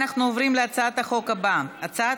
אנחנו עוברים להצעת החוק הבאה: הצעת